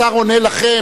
השר עונה לכם.